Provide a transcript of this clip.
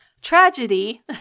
tragedy